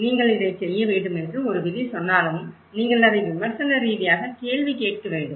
நீங்கள் இதைச் செய்ய வேண்டும் என்று ஒரு விதி சொன்னாலும் நீங்கள் அதை விமர்சன ரீதியாக கேள்வி கேட்க வேண்டும்